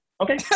okay